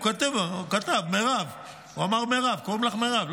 הוא כתב "מרב", הוא אמר "מרב", קוראים לך מירב.